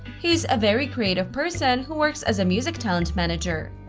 he is a very creative person, who works as a music talent manager.